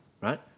Right